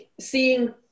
seeing